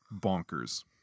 bonkers